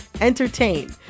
entertain